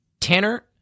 Tanner